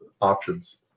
options